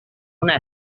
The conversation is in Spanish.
una